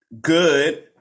good